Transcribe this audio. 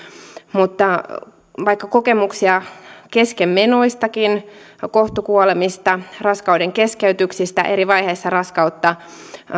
mutta vaikka kokemuksia on keskenmenoistakin kohtukuolemista raskaudenkeskeytyksistä eri vaiheissa raskautta